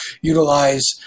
utilize